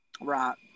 Right